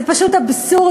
זה פשוט אבסורד,